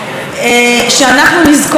ושאנחנו נזכור את היום הזה,